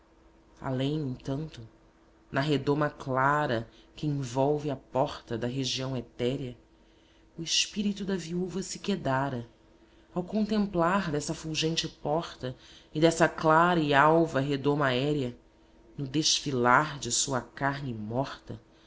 além entanto na redoma clara que envolve a porta da região etérea o espírito da viúva se quedara ao contemplar dessa fulgente porta e dessa clara e alva redoma aérea no desfilar de sua carne morta